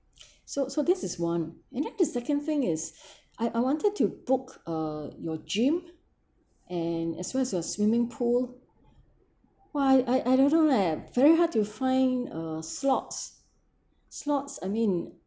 so so this is one and then the second thing is I I wanted to book uh your gym and as well as your swimming pool while I I don't know leh very hard to find uh slots slots I mean